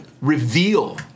reveal